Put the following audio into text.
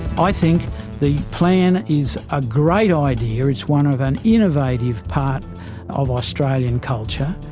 i think the plan is a great idea, it's one of an innovative part of australian culture,